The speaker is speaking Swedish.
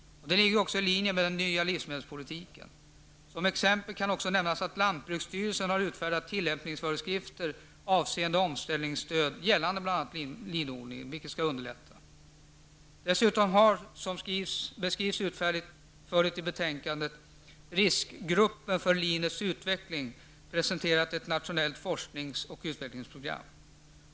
Det ligger också i linje med den nya livsmedelspolitiken. Som exempel kan också nämnas att lantbruksstyrelsen har utfärdat tillämpningsföreskrifter avseende omställningsstöd gällande bl.a. linodlingen i syfte att underlätta det hela. Dessutom har, som man utförligt beskriver i betänkandet, riskgruppen för linets utveckling presenterat ett nationellt forsknings och utvecklingsprogram.